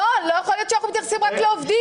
לא, לא יכול להיות שאנחנו מתייחסים רק לעובדים.